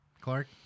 Clark